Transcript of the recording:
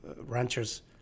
ranchers